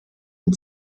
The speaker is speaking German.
ein